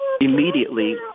Immediately